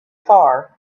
far